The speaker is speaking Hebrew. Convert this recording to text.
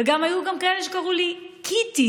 וגם היו כאלה שקראו לי קיטי.